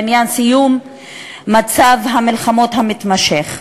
בעניין סיום מצב המלחמות המתמשך,